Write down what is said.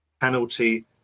penalty